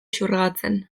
xurgatzen